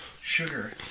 Sugar